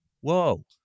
Whoa